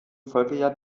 folgejahr